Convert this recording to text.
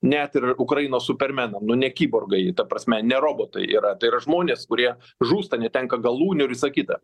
net ir ukrainos supermenam nu ne kiborgai ta prasme ne robotai yra tai yra žmonės kurie žūsta netenka galūnių ir visa kita